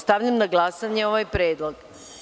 Stavljam na glasanje ovaj predlog.